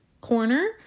corner